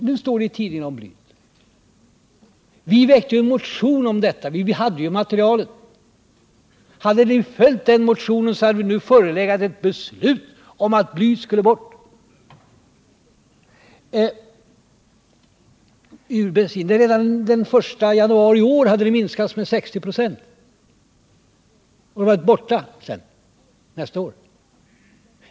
Nu står det i tidningarna om blyet. Vi väckte en motion om detta — vi hade ju materialet. Hade ni följt den motionen, så hade det förelegat ett beslut om att blyet skulle bort ur bensinen. Redan den I januari iår hade det skett en minskning med 60 96 , och sedan hade blyet varit borta nästa år.